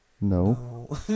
No